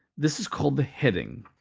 this is called the heading.